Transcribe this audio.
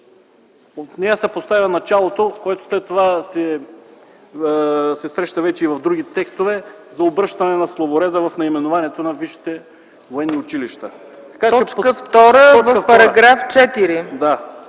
От нея се поставя началото, което след това се среща вече и в други текстове, за обръщане на словореда в наименованието на висшите военни училища.